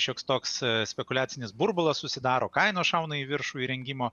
šioks toks spekuliacinis burbulas susidaro kainos šauna į viršų įrengimo